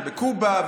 ובקובה,